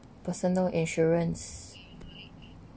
personal insurances